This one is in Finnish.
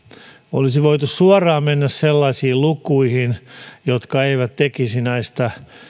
olisi voitu suoraan mennä sellaisiin lukuihin jotka eivät tekisi näistä